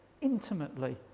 intimately